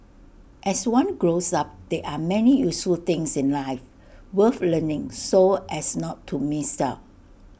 as one grows up there are many useful things in life worth learning so as not to miss out